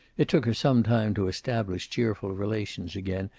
it took her some time to establish cheerful relations again,